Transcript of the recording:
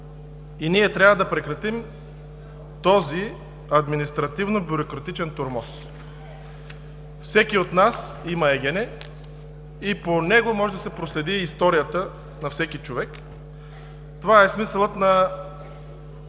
и ние трябва да прекратим този административно-бюрократичен тормоз. Всеки от нас има ЕГН и по него може да се проследи историята на всеки човек. Това е смисълът на